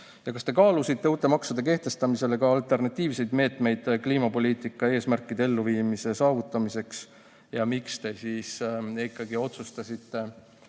Ja kas te kaalusite peale uute maksude kehtestamise ka alternatiivseid meetmeid kliimapoliitika eesmärkide elluviimise saavutamiseks? Miks te ikkagi otsustasite